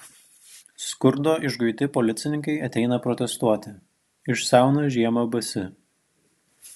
skurdo išguiti policininkai ateina protestuoti išsiauna žiemą basi